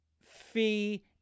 Fee